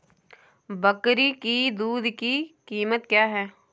बकरी की दूध की कीमत क्या है?